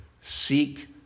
seek